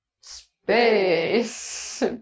Space